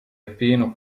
appieno